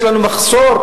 כאמור,